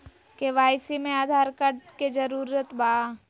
KYC में Aadhaar card के जरूरत बा?